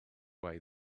way